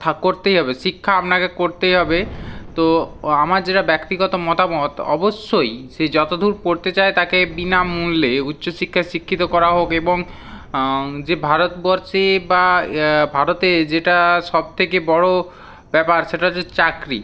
তা করতেই হবে শিক্ষা আপনাকে করতেই হবে তো আমার যেটা ব্যক্তিগত মতামত অবশ্যই সে যতো দূর পড়তে চায় তাকে বিনামূল্যে উচ্চশিক্ষায় শিক্ষিত করা হোক এবং যে ভারতবর্ষে বা ভারতে যেটা সব থেকে বড়ো ব্যাপার সেটা হচ্ছে চাকরি